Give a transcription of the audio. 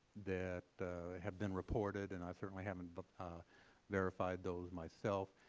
that have been reported, and i certainly haven't but ah verified those myself,